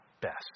best